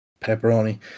pepperoni